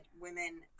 women